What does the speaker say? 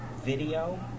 video